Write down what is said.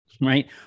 Right